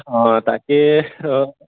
অঁ তাকে অঁ